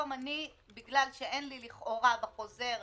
בגלל שאין לי בחוזר